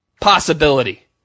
possibility